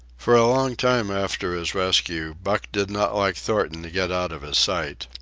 for a long time after his rescue, buck did not like thornton to get out of his sight.